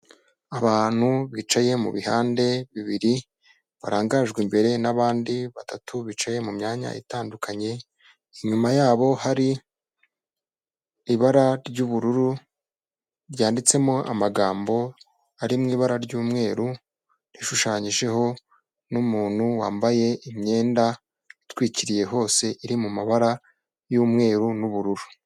Abantu bicaye mu bihande bibiri barangajwe imbere n'abandi batatu bicaye mu myanya itandukanye, inyuma yabo hari ibara ry'ubururu ryanditsemo amagambo ari mu ibara ry'umweru, ishushanyijeho n'umuntu wambaye imyenda itwikiriye hose iri mu mabara y'umweru n'ubururu.